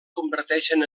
converteixen